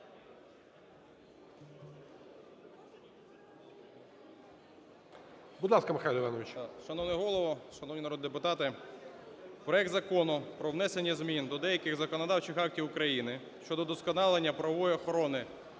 Будь ласка, Михайло Іванович.